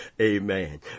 Amen